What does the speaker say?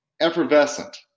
effervescent